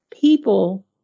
people